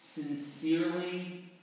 Sincerely